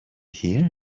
here